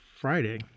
Friday